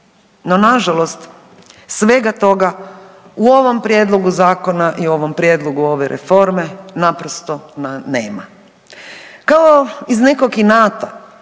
No nažalost svega toga u ovom prijedlogu zakona i ovom prijedlogu ove reforme naprosto nema. Kao iz nekog inata